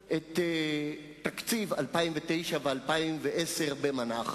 את זה ביומיים, וישימו סנדוויצ'ים פה במזנון.